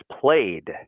played